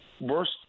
worst